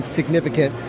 significant